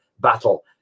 battle